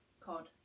COD